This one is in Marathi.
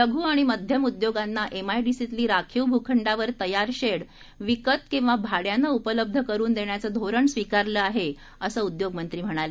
लघु आणि मध्यम उद्योगांना एमआयडीसी तील राखीव भूखंडावर तयार शेड विकत अथवा भाड्यानं उपलब्ध करून देण्याचं धोरण आम्ही स्वीकारलं आहे असं उद्योग मंत्र्यांनी सांगितलं